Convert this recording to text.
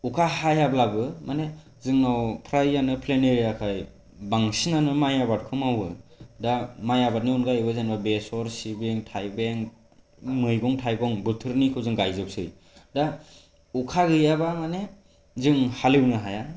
अखा हायाब्लाबो माने जोंनाव फ्रायानो प्लेन एरियाखाय बांसिनानो माइ आबादखौ मावो दा माइ आबादनि अनगायैबो जेनबा बेसर सिबिं थाइबें मैगं थाइगं बोथोरनिखौ जों गायजोबसै दा अखा गैयाबा माने जों हाल एवनो हाया